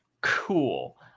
Cool